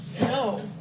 No